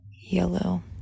yellow